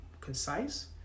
concise